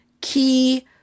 key